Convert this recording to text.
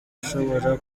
ushobora